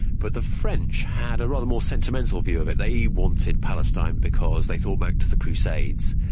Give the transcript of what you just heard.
but the french had a rather more sentimental view of it. they wanted palestine because they thought back to the crusades,